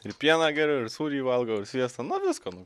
ir pieną geriu ir sūrį valgau ir sviestą na viską